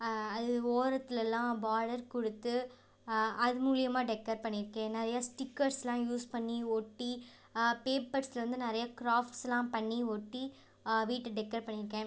அது ஓரத்துலெலாம் பார்டர் கொடுத்து அது மூலிமா டெக்கர் பண்ணியிருக்கேன் நிறைய ஸ்டிக்கர்ஸ்லாம் யூஸ் பண்ணி ஒட்டி பேப்பர்ஸ்ல வந்து நிறைய க்ராஃப்ட்ஸ்லாம் பண்ணி ஒட்டி வீட்டை டெக்கர் பண்ணியிருக்கேன்